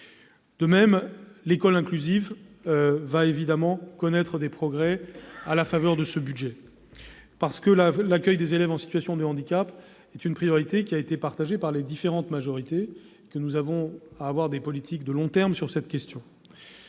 De même, l'école inclusive va évidemment faire des progrès à la faveur de ce budget. L'accueil des élèves en situation de handicap est une priorité, partagée par les différentes majorités. Il nous faut mener des actions de long terme sur cette question.